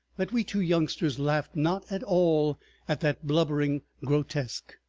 that we two youngsters laughed not at all at that blubbering grotesque,